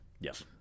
Yes